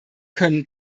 können